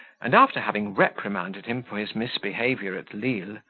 and, after having reprimanded him for his misbehaviour at lisle,